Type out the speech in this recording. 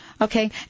Okay